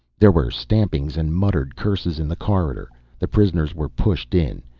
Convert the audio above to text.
there were stampings and muttered curses in the corridor the prisoners were pushed in.